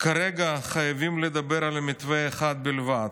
כרגע חייבים לדבר על מתווה אחד בלבד: